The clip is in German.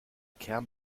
kern